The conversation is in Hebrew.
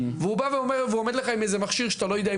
והוא בא ועומד לך עם איזה מכשיר שאתה לא יודע אם